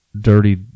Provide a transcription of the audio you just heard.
dirty